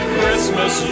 Christmas